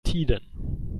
tiden